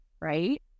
right